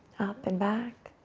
up, and back.